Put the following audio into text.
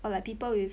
or like people with